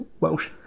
Welsh